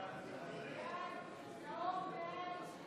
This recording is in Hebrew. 38 בעד, 50 נגד.